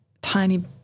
tiny